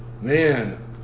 Man